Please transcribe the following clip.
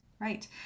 Right